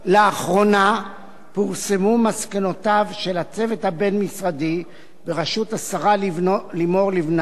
לאחרונה פורסמו מסקנותיו של הצוות הבין-משרדי בראשות השרה לימור לבנת,